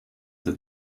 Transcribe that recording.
that